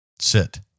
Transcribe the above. sit